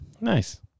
nice